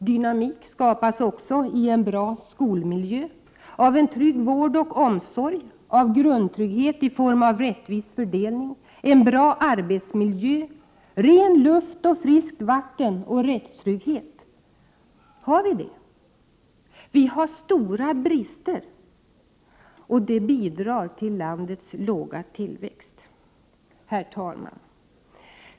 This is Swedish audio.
Dynamik skapas också i en bra skolmiljö, av en trygg vård och omsorg, av grundtrygghet i form av rättvis fördelning, en bra arbetsmiljö, ren luft och friskt vatten och rättstrygghet. Har vi det? Nej, vi har stora brister som bidrar till landets låga tillväxt. Herr talman!